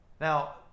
Now